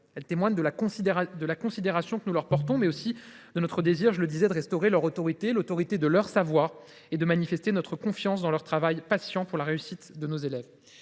Elles témoignent de la considération que nous leur portons, mais aussi de notre désir de restaurer leur autorité et l’autorité de leurs savoirs et de manifester notre confiance dans leur travail patient pour la réussite de nos élèves.